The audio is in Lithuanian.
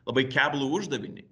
labai keblų uždavinį